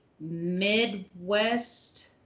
Midwest